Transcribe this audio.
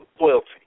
loyalty